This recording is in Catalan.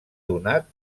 donat